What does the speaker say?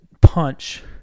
punch